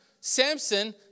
Samson